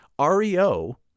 REO